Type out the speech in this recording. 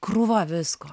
krūva visko